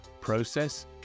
process